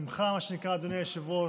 ממך, מה שנקרא, אדוני היושב-ראש,